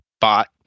bot